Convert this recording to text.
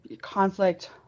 conflict